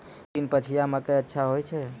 तीन पछिया मकई अच्छा होय छै?